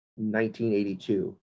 1982